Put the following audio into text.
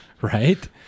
right